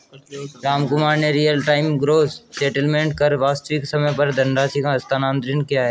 रामकुमार ने real time gross settlement कर वास्तविक समय पर धनराशि का हस्तांतरण किया